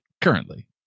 currently